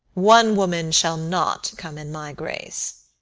one woman shall not come in my grace.